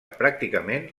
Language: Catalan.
pràcticament